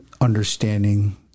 understanding